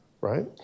right